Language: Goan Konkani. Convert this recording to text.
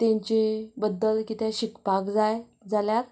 तेंची बद्दल कितें शिकपाक जाय जाल्यार